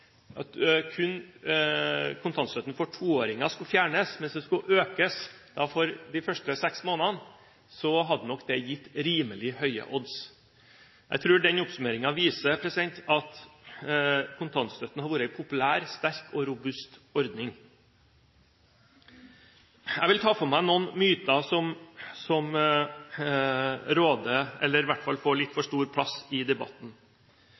at kun kontantstøtten for toåringer skulle fjernes, mens den skulle økes for de første seks månedene, hadde nok det gitt rimelig høye odds. Jeg tror den oppsummeringen viser at kontantstøtten har vært en populær, sterk og robust ordning. Jeg vil ta for meg noen myter som får litt for stor plass i debatten.